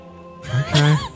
Okay